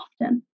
often